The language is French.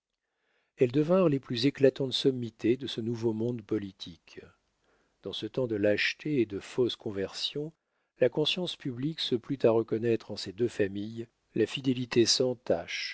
elles devinrent les plus éclatantes sommités de ce nouveau monde politique dans ce temps de lâchetés et de fausses conversions la conscience publique se plut à reconnaître en ces deux familles la fidélité sans tache